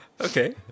Okay